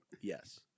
Yes